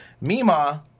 Mima